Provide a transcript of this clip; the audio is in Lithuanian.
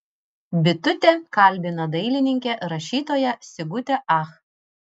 bitutė kalbina dailininkę rašytoją sigutę ach